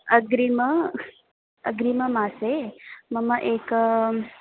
अग्रिमे अग्रिममासे मम एकं